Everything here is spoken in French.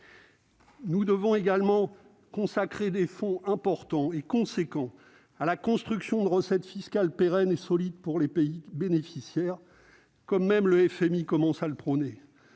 Nous devons également consacrer des fonds importants à la construction de recettes fiscales pérennes et solides pour les pays bénéficiaires, comme le FMI commence même à le prôner.